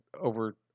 over